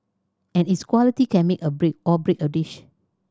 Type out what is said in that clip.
and its quality can make or break or break a dish